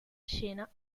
scena